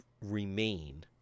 remain